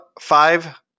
five